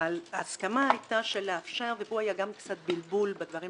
ההסכמה היתה לאפשר - ופה היה גם קצת בלבול בדברים